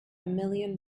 million